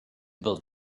build